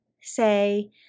say